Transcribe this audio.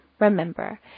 Remember